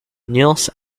nils